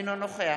אינו נוכח